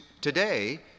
today